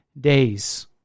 days